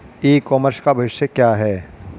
E commerce का भविष्य क्या है?